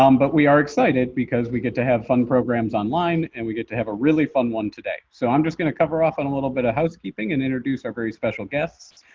um but we are excited because we get to have fun programs online and we get to have a really fun one today. so i'm just going to cover and a little bit of housekeeping and introduce our very special guests.